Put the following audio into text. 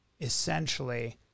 essentially